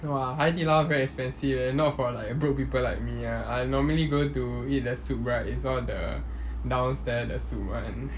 !wah! 海底捞 very expensive eh not for like broke people like me ah I normally go to eat the soup right is all the downstairs the soup [one]